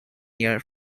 year